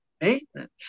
maintenance